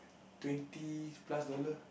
twenty plus dollar